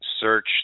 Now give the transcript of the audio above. search